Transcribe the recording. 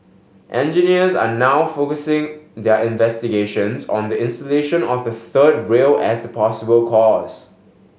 engineers are now focusing their investigations on the insulation of the third rail as the possible cause